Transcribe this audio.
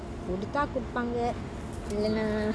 குடுத்த குடுப்பாங்க இல்லனா:kudutha kudupanga illana